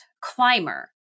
climber